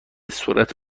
سرعت